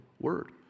word